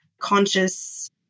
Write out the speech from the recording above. conscious